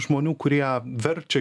žmonių kurie verčia